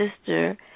sister